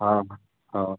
हां हो